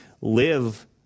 live